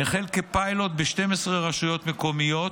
החל כפיילוט ב-12 רשויות מקומיות,